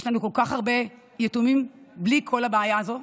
יש לנו כל כך הרבה יתומים בלי כל הבעיה הזאת,